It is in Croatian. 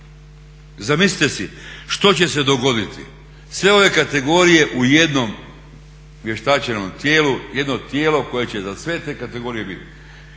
Zamislite si što će se dogoditi sve ove kategorije u jednom vještačenom tijelu, jedno tijelo koje će za sve te kategorije biti,